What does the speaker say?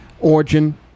origin